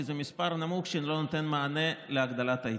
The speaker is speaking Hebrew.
כי זה מספר נמוך שלא נותן מענה להגדלת ההיצע.